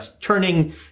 turning